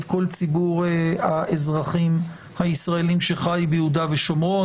כל ציבור האזרחים הישראלים שחי ביהודה ושומרון,